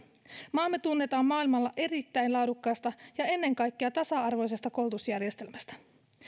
maamme tunnetaan maailmalla erittäin laadukkaasta ja ennen kaikkea tasa arvoisesta koulutusjärjestelmästä